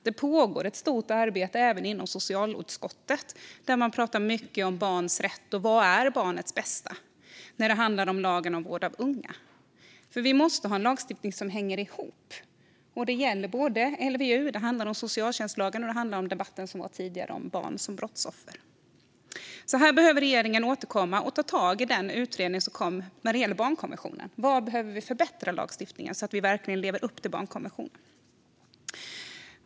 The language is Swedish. Det pågår ett stort arbete även inom socialutskottet där man pratar mycket om barns rätt och vad som är barnets bästa när det gäller lagen om vård av unga. Vi måste ha en lagstiftning som hänger ihop, och det gäller både LVU, socialtjänstlagen och det som debatten tidigare handlade om, nämligen barn som brottsoffer. Regeringen behöver återkomma rörande detta och ta tag i den utredning som kom gällande barnkonventionen. Vad behöver vi förbättra i lagstiftningen så att vi verkligen lever upp till barnkonventionen?